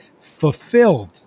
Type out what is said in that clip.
fulfilled